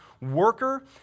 worker